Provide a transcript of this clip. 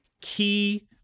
key